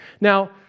Now